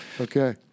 Okay